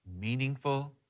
meaningful